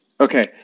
Okay